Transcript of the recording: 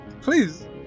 Please